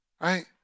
right